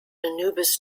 anubis